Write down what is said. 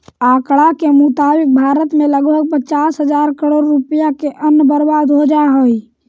आँकड़ा के मुताबिक भारत में लगभग पचास हजार करोड़ रुपया के अन्न बर्बाद हो जा हइ